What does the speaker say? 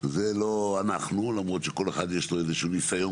זה לא אנחנו למרות שכל אחד יש לו איזשהו ניסיון